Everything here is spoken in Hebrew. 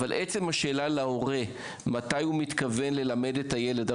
אבל עצם השאלה להורה מתי הוא מתכוון ללמד את הילד,